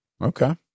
Okay